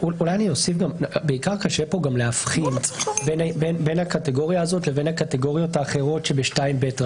בעיקר קשה כאן להבחין בין הקטגוריה הזאת לבין הקטגוריות האחרות שב-2ב.